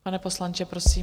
Pane poslanče, prosím.